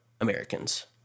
Americans